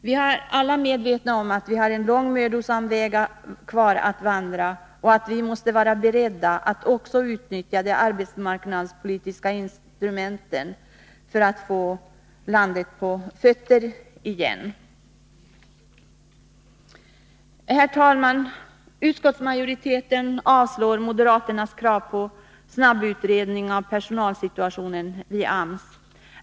Vi är alla medvetna om att vi har en lång, mödosam väg kvar att vandra och att vi måste vara beredda att också utnyttja de arbetsmarknadspolitiska instrumenten för att få landet på fötter igen. Herr talman! Utskottsmajoriteten avstyrker moderaternas krav på en snabbutredning av personalsituationen vid AMS.